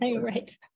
right